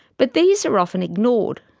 but these are often ignored.